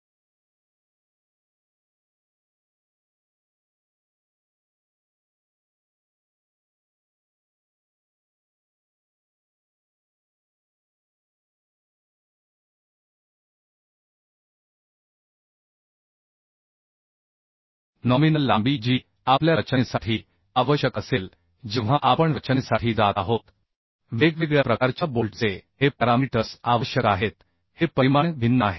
त्यामुळे बोल्टचे वेगवेगळे भाग असतात जसे की हेड नट शँक धागा लांबी ग्रिप लांबी आणि नॉमीनल लांबी जी आपल्या रचनेसाठी आवश्यक असेल जेव्हा आपण रचनेसाठी जात आहोत वेगवेगळ्या प्रकारच्या बोल्टचे हे पॅरामीटर्स आवश्यक आहेत हे परिमाण भिन्न आहेत